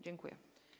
Dziękuję.